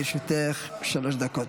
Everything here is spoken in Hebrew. בבקשה, לרשותך שלוש דקות.